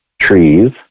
trees